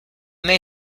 may